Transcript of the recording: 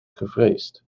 gevreesd